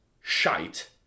Shite